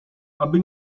aby